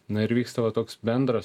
na ir vyksta va toks bendras